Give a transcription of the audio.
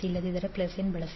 ಇಲ್ಲದಿದ್ದರೆ n ಬಳಸಿ